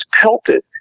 pelted